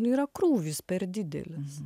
nu yra krūvis per didelis